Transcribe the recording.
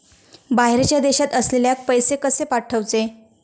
बाहेरच्या देशात असलेल्याक पैसे कसे पाठवचे?